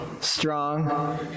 strong